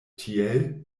tiel